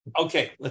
Okay